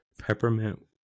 Peppermint